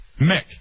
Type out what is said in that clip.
Mick